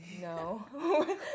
no